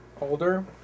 Older